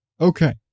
Okay